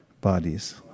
Bodies